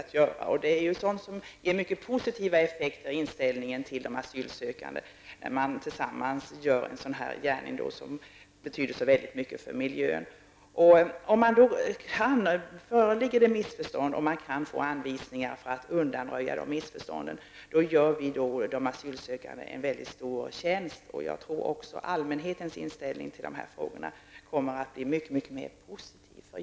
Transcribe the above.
Det ger mycket positiva effekter när det gäller inställningen till de asylsökande när man tillsammans gör en gärning som betyder mycket för miljön. Om det ändå föreligger missförstånd och vi kan få anvisningar för att undanröja dessa, då gör vi de asylsökande väldigt stor tjänst. Jag tror också att allmänhetens inställning till dessa frågor då kommer att bli mer positiv.